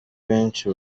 benshi